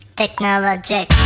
technologic